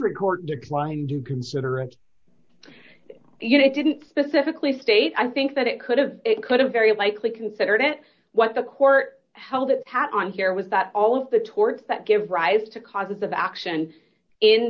record declined to consider and you know i didn't specifically state i think that it could have it could have very likely considered it what the court held it had on here was that all of the torts that give rise to causes of action in